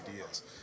ideas